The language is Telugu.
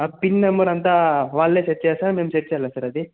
పిన్ నెంబర్ అంతా వాళ్ళే సెట్ చేస్తారా మేము సెట్ చేయాలా సార్ అది